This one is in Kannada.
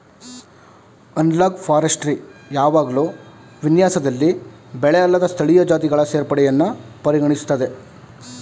ಅನಲಾಗ್ ಫಾರೆಸ್ಟ್ರಿ ಯಾವಾಗ್ಲೂ ವಿನ್ಯಾಸದಲ್ಲಿ ಬೆಳೆಅಲ್ಲದ ಸ್ಥಳೀಯ ಜಾತಿಗಳ ಸೇರ್ಪಡೆಯನ್ನು ಪರಿಗಣಿಸ್ತದೆ